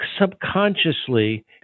subconsciously